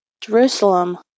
Jerusalem